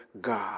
God